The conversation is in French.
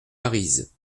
arize